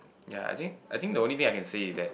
ya I think I think the only thing I can say is that